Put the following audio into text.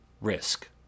risk